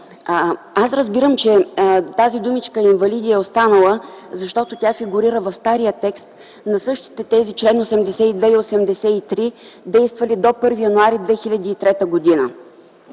Аз разбирам, че тази думичка „инвалиди” е останала, защото тя фигурира в стария текст на същите тези членове 82 и 83, действали до 1 януари 2003 г.